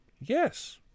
yes